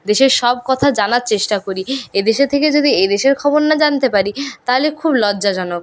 দেশের সব কথা জানার চেষ্টা করি এ দেশে থেকে যদি এ দেশের খবর না জানতে পারি তাহলে খুব লজ্জাজনক